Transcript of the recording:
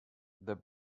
their